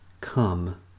Come